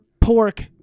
pork